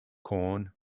corn